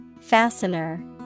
Fastener